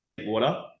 water